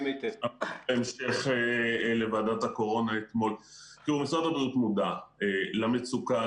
משרד הבריאות מודע למצוקה,